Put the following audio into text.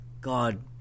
God